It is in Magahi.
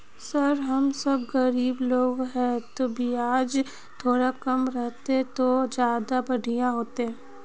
सर हम सब गरीब लोग है तो बियाज थोड़ा कम रहते तो ज्यदा बढ़िया होते